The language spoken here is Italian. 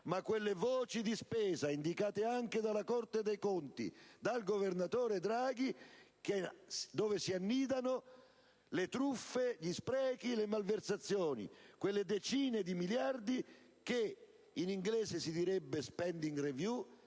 ma quelle voci di spesa, indicate anche dalla Corte dei conti, e dal governatore Draghi, dove si annidano le truffe, gli sprechi e le malversazioni: quelle decine di miliardi, che in inglese si direbbero *spending* *review*